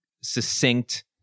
succinct